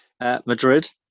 Madrid